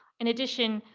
in addition,